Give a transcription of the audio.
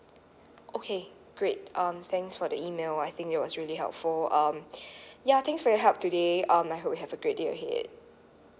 okay great um thanks for the email I think it was really helpful um ya thanks for your help today um I hope you have a great day ahead